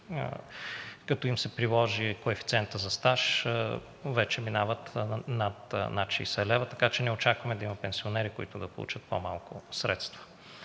като им се приложи коефициентът за стаж, вече минават над 60 лв., така че ние не очакваме да има пенсионери, които да получат по-малко средства.